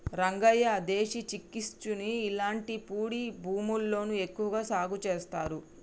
రంగయ్య దేశీ చిక్పీసుని ఇలాంటి పొడి భూముల్లోనే ఎక్కువగా సాగు చేస్తారు